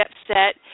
upset